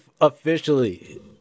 officially